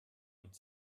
und